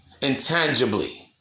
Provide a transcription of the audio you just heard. intangibly